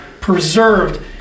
preserved